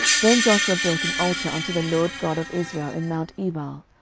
then joshua built an altar unto the lord god of israel in mount ebal,